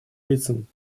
лицам